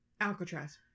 Alcatraz